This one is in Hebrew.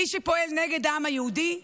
מי שפועל נגד העם היהודי,